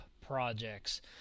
projects